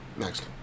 Next